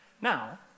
Now